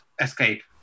escape